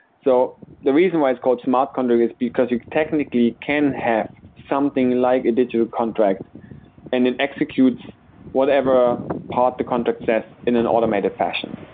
so the reason why it's called smart contract is because it technically can have something like a digital contract and it executes whatever part the contract says in an automated fashion.